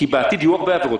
כי בעתיד יהיו הרבה עבירות.